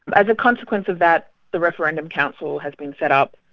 as a consequence of that, the referendum council has been set up.